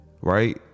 right